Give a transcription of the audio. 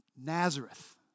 Nazareth